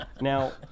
Now